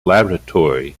laboratory